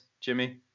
Jimmy